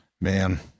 Man